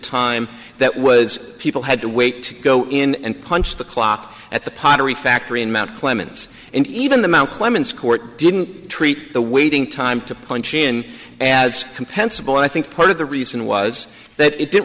time that was people had to wait go in and punch the clock at the pottery factory in mount clemens and even them out clemens court didn't treat the waiting time to punch in as compensable i think part of the reason was that it didn't